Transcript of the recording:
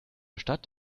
stadt